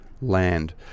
land